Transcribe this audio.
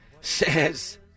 says